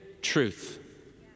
Truth